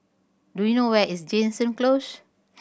do you know where is Jansen Close